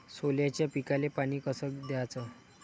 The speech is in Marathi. सोल्याच्या पिकाले पानी कस द्याचं?